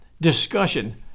discussion